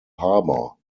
harbor